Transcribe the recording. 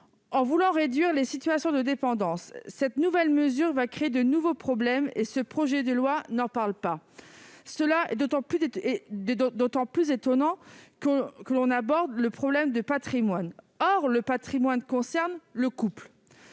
En visant à réduire les situations de dépendance, cette nouvelle mesure va créer de nouveaux problèmes : ce projet de loi n'en parle pas. C'est d'autant plus étonnant que l'on y aborde le problème du patrimoine. Or le patrimoine concerne le couple.